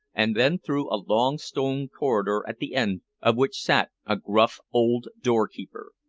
and then through a long stone corridor at the end of which sat a gruff old doorkeeper.